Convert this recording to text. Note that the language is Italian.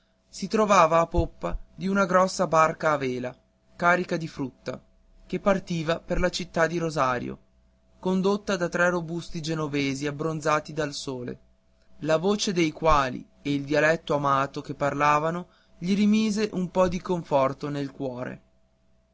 si trovava a poppa d'una grossa barca a vela carica di frutte che partiva per la città di rosario condotta da tre robusti genovesi abbronzati dal sole la voce dei quali e il dialetto amato che parlavano gli rimise un po di conforto nel cuore